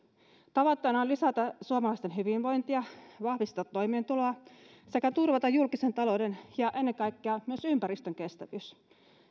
tavoitteena on lisätä suomalaisten hyvinvointia vahvistaa toimeentuloa sekä turvata julkisen talouden ja ennen kaikkea myös ympäristön kestävyys